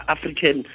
African